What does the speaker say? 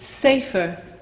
safer